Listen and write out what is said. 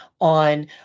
on